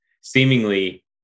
seemingly